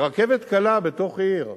ברכבת קלה בתוך עיר,